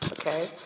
Okay